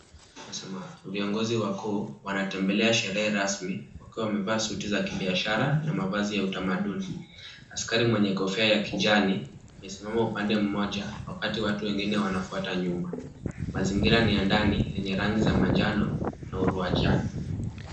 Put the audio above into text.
Viongozi wakuu, wanatembelea sherehe rasmi wakiwa wamevaa suti za kibiashara na mavazi ya utamaduni. Askari mwenye kofia ya kijani amesimama upande mmoja wakati watu wengine wanafuata nyuma. Mazingira ni ya ndani yenye rangi za manjano na uhuru wa jani,